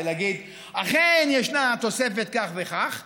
ולומר: אכן ישנה תוספת כך וכך,